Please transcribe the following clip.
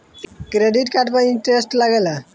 Credit card पर interest लागेला?